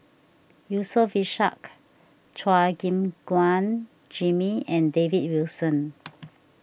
Yusof Ishak Chua Gim Guan Jimmy and David Wilson